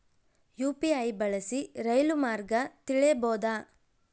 UPI ಬಳಸಿ ರೈಲು ಮಾರ್ಗ ತಿಳೇಬೋದ?